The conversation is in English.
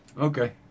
Okay